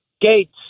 Gates